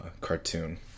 cartoon